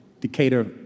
Decatur